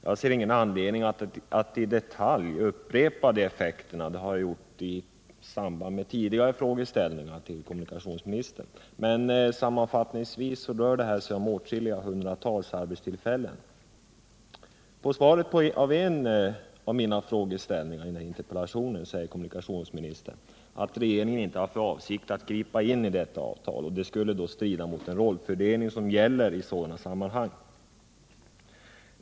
Jag ser ingen anledning att i detalj upprepa de effekterna — det har jag gjort i samband med tidigare frågor till kommunikationsministern — men sammanfattningsvis rör det sig om hundratals arbetstillfällen. I svaret på en av mina frågor i interpellationen säger kommunikationsministern att regeringen inte har för avsikt att gripa in i detta avtal. Det skulle strida mot den rollfördelning som gäller i sådana sammanhang.